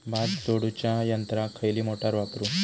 भात झोडूच्या यंत्राक खयली मोटार वापरू?